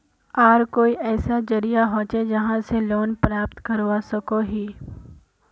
आर कोई ऐसा जरिया होचे जहा से लोन प्राप्त करवा सकोहो ही?